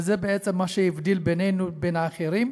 וזה בעצם מה שהבדיל בינינו לבין האחרים,